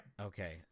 Okay